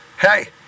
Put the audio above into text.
Hey